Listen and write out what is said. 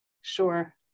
Sure